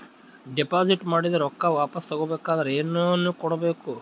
Deposit ಮಾಡಿದ ರೊಕ್ಕ ವಾಪಸ್ ತಗೊಬೇಕಾದ್ರ ಏನೇನು ಕೊಡಬೇಕು?